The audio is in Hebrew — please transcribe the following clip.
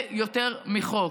הוא הרבה יותר מחוק.